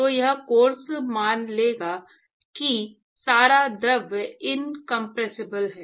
तो यह कोर्स मान लेगा कि सारा द्रव इंसोम्प्रेसिब्ल है